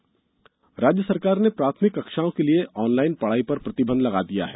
online प्रतिबंध राज्य सरकार ने प्राथमिक कक्षाओं के लिए ऑनलाइन पढ़ाई पर प्रतिबंध लगा दिया है